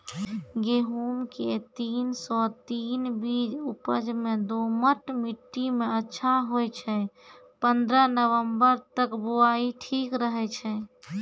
गेहूँम के तीन सौ तीन बीज उपज मे दोमट मिट्टी मे अच्छा होय छै, पन्द्रह नवंबर तक बुआई ठीक रहै छै